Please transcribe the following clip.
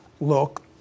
look